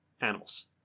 animals